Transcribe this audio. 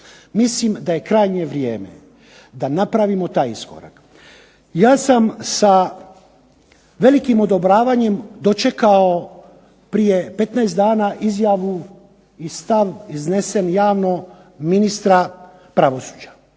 Mislim da je krajnje vrijeme da napravimo taj iskorak. Ja sam sa velikim odobravanjem dočekao prije 15 dana izjavu i stav iznesen javno ministra pravosuđa